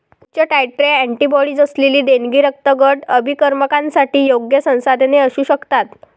उच्च titre antibodies असलेली देणगी रक्तगट अभिकर्मकांसाठी योग्य संसाधने असू शकतात